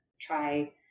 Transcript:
try